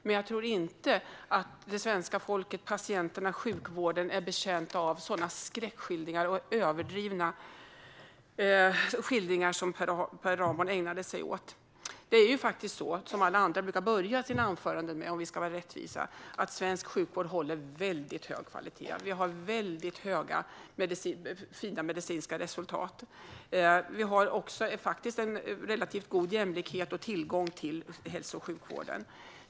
Men jag tror inte att svenska folket, patienterna eller sjukvården är betjänta av sådana skräckskildringar och överdrivna skildringar som Per Ramhorn ägnar sig åt. Alla andra brukar, om vi ska vara rättvisa, börja sina anföranden med att säga att svensk sjukvård håller väldigt hög kvalitet. Vi har väldigt fina medicinska resultat. Vi har också relativt god jämlikhet och tillgång till hälso och sjukvården.